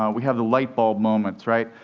um we have the light bulb moments, right?